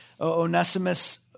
Onesimus